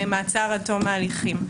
מעצר עד תום ההליכים.